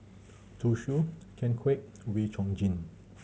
Zhu Xu Ken Kwek Wee Chong Jin